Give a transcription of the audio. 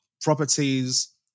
properties